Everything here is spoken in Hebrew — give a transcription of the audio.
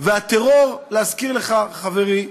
והטרור, להזכיר לך, חברי,